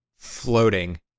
floating